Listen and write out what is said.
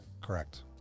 Correct